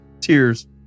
Tears